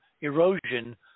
erosion